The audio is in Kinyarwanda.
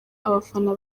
abafana